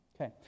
Okay